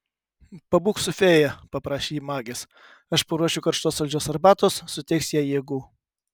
pabūk su fėja paprašė ji magės aš paruošiu karštos saldžios arbatos suteiks jai jėgų